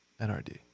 NRD